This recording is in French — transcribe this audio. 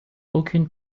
aucune